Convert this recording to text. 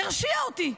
הרשיע אותי.